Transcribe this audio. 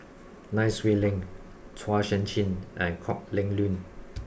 Nai Swee Leng Chua Sian Chin and Kok Heng Leun